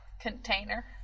container